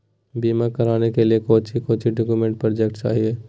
बीमा कराने के लिए कोच्चि कोच्चि डॉक्यूमेंट प्रोजेक्ट चाहिए?